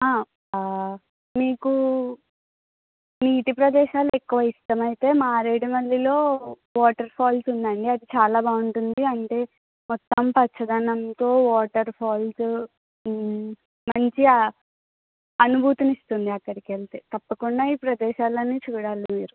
మీకు నీటి ప్రదేశాలు ఎక్కువ ఇష్టం అయితే మారేడుమిల్లిలో వాటర్ ఫాల్స్ ఉన్నాయండి అది చాలా బాగుంటుంది అంటే మొత్తం పచ్చదనంతో వాటర్ ఫాల్సు మంచి అనుభూతిని ఇస్తుంది అక్కడికి వెళ్తే తప్పకుండా ఈ ప్రదేశాల్లన్నీ చూడాలి మీరు